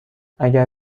اگر